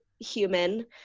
human